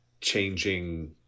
changing